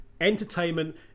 Entertainment